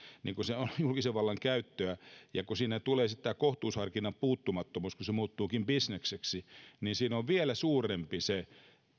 niin kun se on julkisen vallan käyttöä ja kun siinä tulee sitten tämä kohtuusharkinnan puuttumattomuus kun se muuttuukin bisnekseksi niin siinä on vielä suurempi se